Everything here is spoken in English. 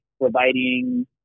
providing